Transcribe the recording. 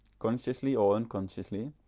consciously or unconsciously,